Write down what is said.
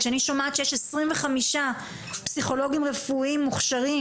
כשאני שומעת שיש 25 פסיכולוגים רפואיים מוכשרים